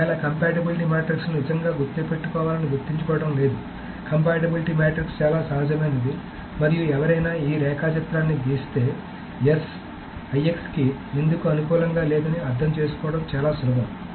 ఒకవేళ కాంపాటిబిలిటీ మ్యాట్రిక్స్ని నిజంగా గుర్తుపెట్టుకోవాలని గుర్తుంచుకోవడం లేదు కంపాటిబిలిటీ మాట్రిక్స్ చాలా సహజమైనది మరియు ఎవరైనా ఈ రేఖాచిత్రాన్ని గీస్తే S IX కి ఎందుకు అనుకూలంగా లేదని అర్థం చేసుకోవడం చాలా సులభం